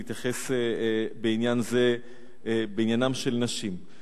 להתייחס בעניין זה לעניינן של נשים.